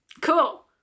Cool